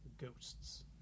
Ghosts